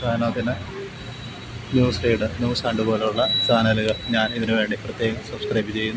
പിന്നെ news read news hunt പോലുള്ള ചാനല്കള് ഞാന് ഇതിന് വേണ്ടി പ്രത്യേകം സബ്സ്ക്രൈബ് ചെയ്യും